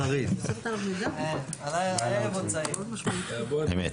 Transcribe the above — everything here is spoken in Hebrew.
אז אנחנו